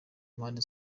mpande